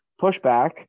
pushback